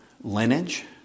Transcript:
lineage